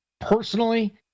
personally